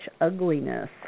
ugliness